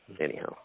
Anyhow